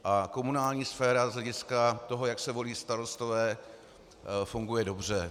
A komunální sféra z hlediska toho, jak se volí starostové, funguje dobře.